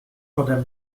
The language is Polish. ode